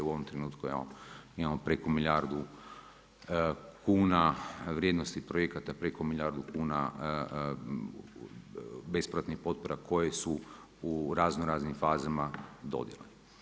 U ovom trenutku imamo preko milijardu kuna vrijednosti projekata, preko milijardu kuna bespovratnih potpora koje su u raznoraznim fazama dodjele.